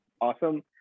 Awesome